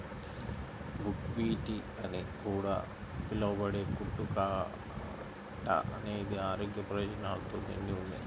buckwheat అని కూడా పిలవబడే కుట్టు కా అట్ట అనేది ఆరోగ్య ప్రయోజనాలతో నిండి ఉంది